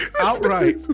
outright